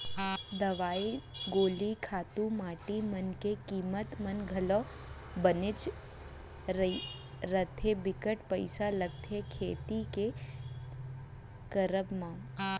दवई गोली खातू माटी मन के कीमत मन घलौ बनेच रथें बिकट पइसा लगथे खेती के करब म